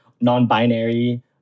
non-binary